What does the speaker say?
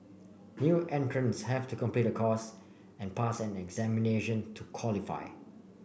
new entrants have to complete a course and pass an examination to qualify